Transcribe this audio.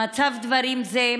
במצב דברים זה,